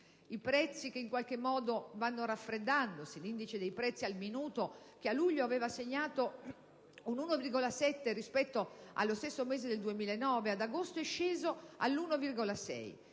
I prezzi in qualche modo vanno raffreddandosi: l'indice dei prezzi al minuto, che a luglio aveva segnato un più 1,7 rispetto allo stesso mese del 2009, ad agosto è sceso a più 1,6.